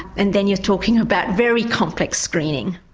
and then you're talking about very complex screening.